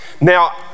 Now